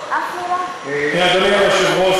אדוני היושב-ראש,